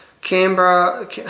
Canberra